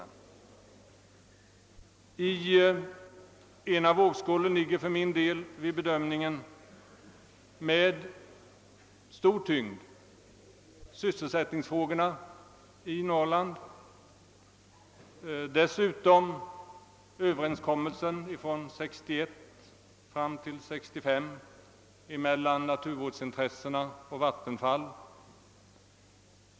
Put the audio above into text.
I den ena vågskålen ligger med stor tyngd sysselsättningsfrågorna i Norrland och dessutom överenskommelsen från 1961 fram till 1965 mellan naturvårdsintressena och Vattenfall.